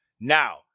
Now